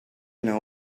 know